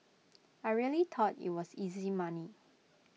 I really thought IT was easy money